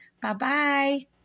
Bye-bye